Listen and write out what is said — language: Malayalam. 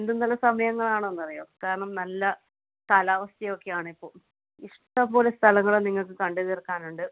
എന്ത് നല്ല സമയങ്ങളാണെന്നറിയുമോ കാരണം നല്ല കാലാവസ്ഥയൊക്കെയാണ് ഇപ്പോൾ ഇഷ്ടം പോലെ സ്ഥലങ്ങൾ നിങ്ങൾക്ക് കണ്ട് തീർക്കാനുണ്ട്